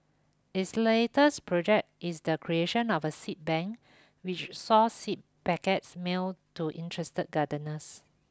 its latest project is the creation of a seed bank which saw seed packets mailed to interested gardeners